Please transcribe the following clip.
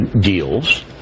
deals